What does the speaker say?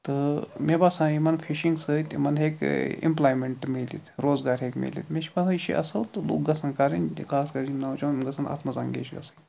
تہٕ مےٚ باسان یِمَن فِشِنٛگ سۭتۍ یمن ہیٚکہِ اِمپلایمٮ۪نٛٹ میٖلِتھ روزگار ہیٚکہِ میٖلِتھ مےٚ چھُ باسان یہِ چھُ اَصٕل تہٕ لُکھ گَژھَن کَرٕن خاص کَر چھِ یِم نوجوان یِم گَژھَن اَتھ مَنٛز اینٛگیج گَژھٕنۍ